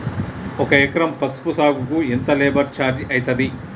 ఒక ఎకరం పసుపు సాగుకు ఎంత లేబర్ ఛార్జ్ అయితది?